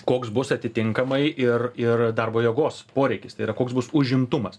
koks bus atitinkamai ir ir darbo jėgos poreikis tai yra koks bus užimtumas